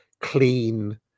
clean